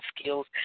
skills